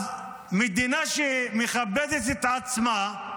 אז מדינה שמכבדת את עצמה,